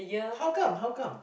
how come how come